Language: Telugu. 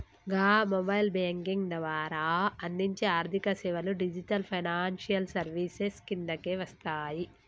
గా మొబైల్ బ్యేంకింగ్ ద్వారా అందించే ఆర్థికసేవలు డిజిటల్ ఫైనాన్షియల్ సర్వీసెస్ కిందకే వస్తయి